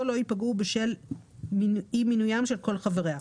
לא ייפגעו בשל אי מינויים של כל חבריה.